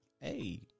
hey